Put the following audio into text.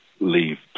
leave